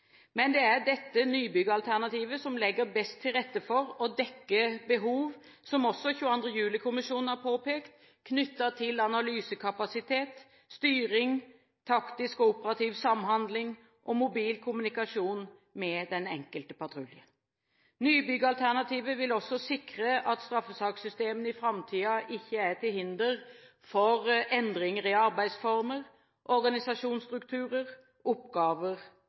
Men det er dette Nybygg-alternativet som legger best til rette for å dekke behov som også 22. juli-kommisjonen har påpekt, knyttet til analysekapasitet, styring, taktisk og operativ samhandling og mobil kommunikasjon med den enkelte patrulje. Nybygg-alternativet vil også sikre at straffesakssystemene i framtiden ikke er til hinder for endringer i arbeidsformer, organisasjonsstrukturer, oppgaver